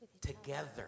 together